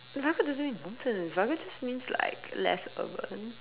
but rugged doesn't mean mountains rugged just means like less urban